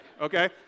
okay